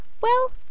Well